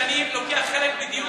אני יושב כי כשאני לוקח חלק בדיון,